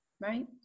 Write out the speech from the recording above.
Right